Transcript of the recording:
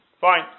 Fine